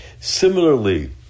Similarly